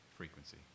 Frequency